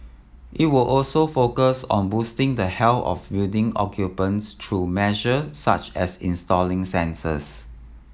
it will also focus on boosting the health of building occupants through measure such as installing sensors